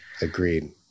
agreed